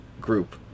group